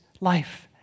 life